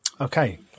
Okay